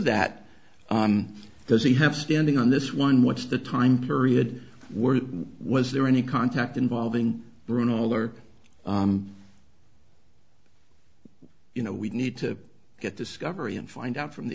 that does he have standing on this one what's the time period were was there any contact involving bruno or you know we need to get discovery and find out from the